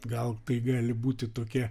gal tai gali būti tokia